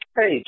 Hey